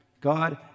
God